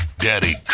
Daddy